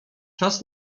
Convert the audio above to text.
czas